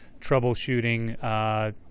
troubleshooting